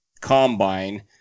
combine